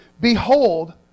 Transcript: Behold